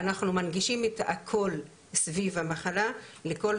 אנחנו מנגישים את הכל סביב המחלה לכל